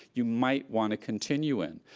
you might want to continue in?